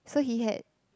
so he had